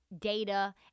data